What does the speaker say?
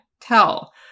tell